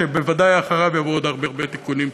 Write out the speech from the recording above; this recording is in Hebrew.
שבוודאי אחריו יבואו עוד הרבה תיקונים.